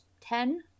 ten